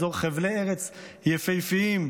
חבלי ארץ יפהפיים,